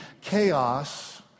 Chaos